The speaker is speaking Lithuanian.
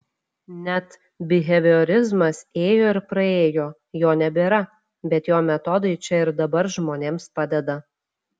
net biheviorizmas ėjo ir praėjo jo nebėra bet jo metodai čia ir dabar žmonėms padeda